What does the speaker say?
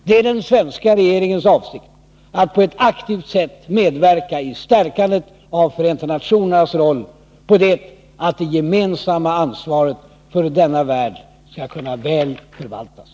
Det är den svenska regeringens avsikt att på ett aktivt sätt medverka i stärkandet av Förenta nationernas roll, på det att det gemensamma ansvaret för denna värld skall kunna väl förvaltas.